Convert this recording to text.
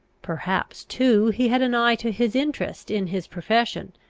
perhaps, too, he had an eye to his interest in his profession,